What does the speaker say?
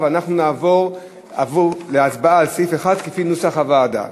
ונעבור להצבעה על סעיף 1 כנוסח הוועדה,